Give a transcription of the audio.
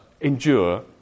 endure